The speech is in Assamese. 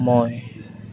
মই